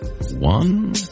One